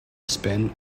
spin